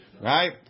right